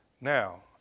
Now